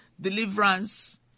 deliverance